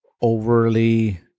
overly